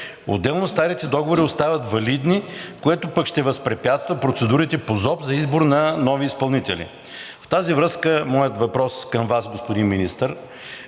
Отделно старите договори остават валидни, което пък ще възпрепятства процедурите по ЗОП за избор на нови изпълнители. В тази връзка моят въпрос съм Вас, господин Министър,